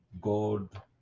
God